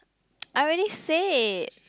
I already said